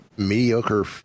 Mediocre